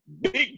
Big